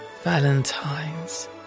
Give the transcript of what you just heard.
Valentine's